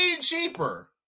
cheaper